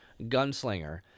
gunslinger